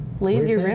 Lazy